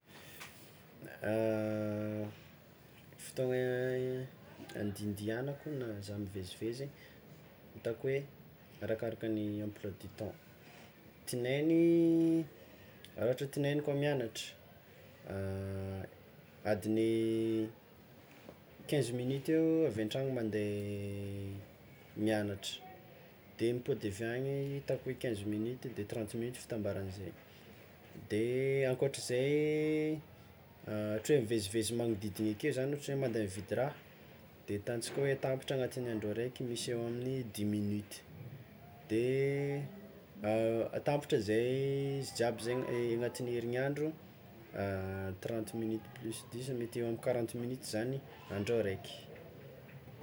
Fotoagna andiandianako na zah mivezivezy ataoko hoe arakaraka ny emploi du temps, tinainy, raha ôhatra tinainy koa miagnatra, adin'ny quinze minute eo avy an-tragno mande miagnatra, de mipody avy agny ataoko hoe quinze minute de trente minute fitambaran'izay, de ankoatr'ize, ôhatra hoe mivezivezy magnodidigny akeo zany ôhatra hoe mividy raha, de ataontsika hoe tampitra agnatin'ny andro araiky, ataontsika hoe misy dix minute de atambatra zay izy jiaby zegny agnatign'ny herigniandro trentre minute plus dix mety mety eo amin'ny quarente minute zany andro araiky.